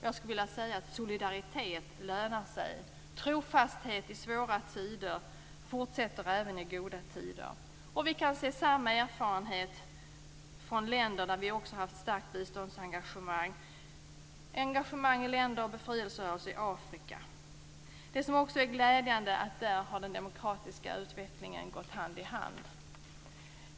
Jag skulle vilja säga att solidaritet lönar sig. Trofasthet i svåra tider fortsätter även i goda tider. Samma erfarenhet kan vi se när det gäller andra länder där vi har haft ett starkt biståndsengagemang. Det handlar alltså om vårt engagemang i olika länder och om befrielserörelser i Afrika. Glädjande är att det där också har skett en demokratisk utveckling.